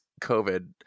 COVID